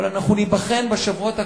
אבל אנחנו ניבחן בשבועות הקרובים,